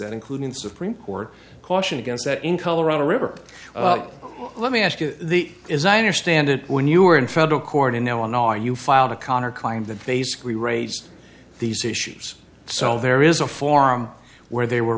that including the supreme court caution against that in colorado river let me ask you the as i understand it when you were in federal court in illinois you filed a connor kind that basically raised these issues so there is a form where they were